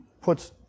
puts